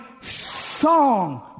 song